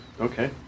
okay